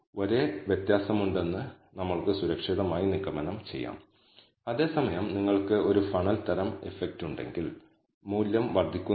അതിനാൽ SSR എന്ന ന്യൂമറേറ്ററിന് n 1 n 2 എന്ന ഒരു ഡിഗ്രി മാത്രമേ ഫ്രീഡമുള്ളൂ അതേസമയം ഡിനോമിനേറ്റർ SSE ന് 2 പാരാമീറ്ററുകൾ ഉള്ളതിനാൽ n 2 ഡിഗ്രി ഫ്രീഡമുണ്ട്